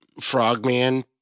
Frogman